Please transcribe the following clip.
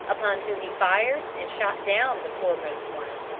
upon whom he fired, and shot down the foremost one.